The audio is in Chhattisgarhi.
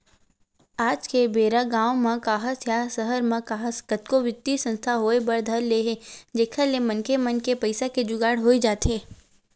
आज के बेरा गाँव म काहस या सहर म काहस कतको बित्तीय संस्था होय बर धर ले हे जेखर ले मनखे मन के पइसा के जुगाड़ होई जाथे